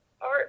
art